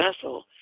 vessel